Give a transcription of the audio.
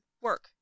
work